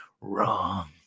Wrong